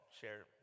Share